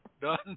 Done